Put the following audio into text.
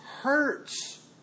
hurts